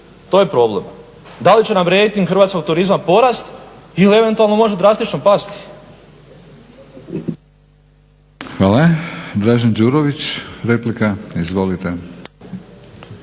To je problem. Da li će nam rejting hrvatskog turizma porast ili eventualno može drastično pasti. **Batinić, Milorad (HNS)** Hvala. Dražen Đurović, replika. Izvolite.